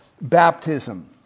baptism